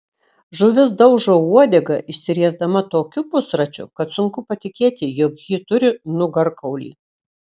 žuvis daužo uodega išsiriesdama tokiu pusračiu kad sunku patikėti jog ji turi nugarkaulį